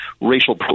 racial